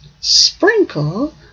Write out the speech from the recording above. sprinkle